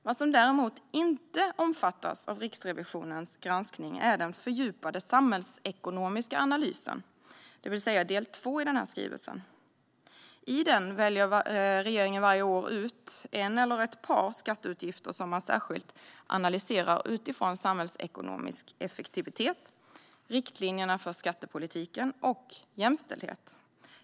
Vad som däremot inte omfattas av Riksrevisionens granskning är den fördjupade samhällsekonomiska analysen, det vill säga del två i denna skrivelse. I den väljer regeringen varje år ut en eller ett par skatteutgifter som man särskilt analyserar utifrån samhällsekonomisk effektivitet, riktlinjerna för skattepolitiken och jämställdhet.